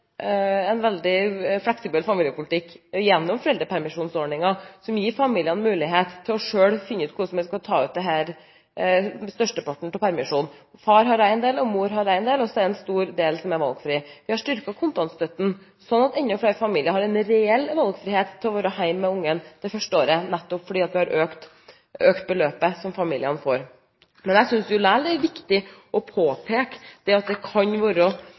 fleksibel familiepolitikk gjennom foreldrepermisjonsordningen, som gir familiene mulighet til selv å finne ut hvordan de skal ta ut størstedelen av permisjonen. Far har en del, mor har en del, og så er det en stor del som er valgfri. Vi har styrket kontantstøtten, sånn at enda flere familier har en reell valgfrihet til å være hjemme med ungen det første året, nettopp fordi vi har økt beløpet familiene får. Jeg synes likevel det er viktig å påpeke at det kan være